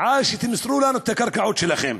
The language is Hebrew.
למסור לנו את הקרקעות שלכם.